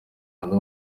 hanze